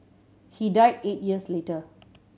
he died eight years later